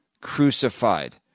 crucified